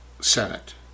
Senate